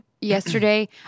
yesterday